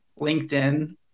LinkedIn